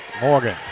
Morgan